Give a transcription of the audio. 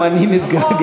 גם אני מתגעגע,